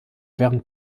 während